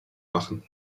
machen